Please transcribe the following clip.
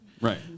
Right